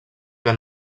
que